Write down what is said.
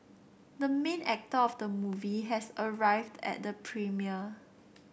the main actor of the movie has arrived at the premiere